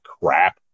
crap